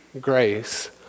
grace